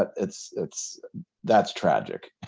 it's it's that's tragic.